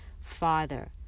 Father